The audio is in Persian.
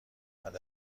بعد